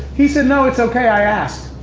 he said, no it's okay, i asked.